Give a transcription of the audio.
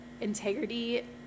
integrity